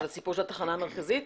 הסיפור של התחנה המרכזית?